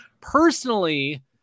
personally